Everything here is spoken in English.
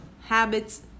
habits